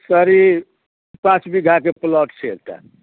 sir ई पाँच बीघाके प्लॉट छै एकटा